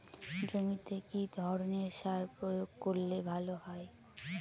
জমিতে কি ধরনের সার প্রয়োগ করলে ভালো হয়?